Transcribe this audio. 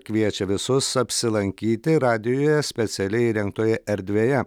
kviečia visus apsilankyti radijuje specialiai įrengtoje erdvėje